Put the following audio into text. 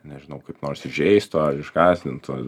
nežinau kaip nors įžeistų ar išgąsdintų